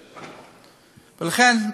ולכן,